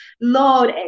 Lord